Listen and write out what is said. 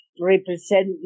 represent